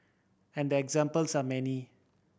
and the examples are many